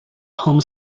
home